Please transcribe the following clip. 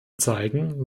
zeigen